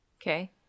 Okay